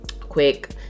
quick